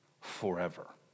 forever